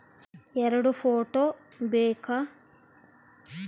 ಎರಡು ಫೋಟೋ ಬೇಕಾ?